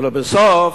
ולבסוף,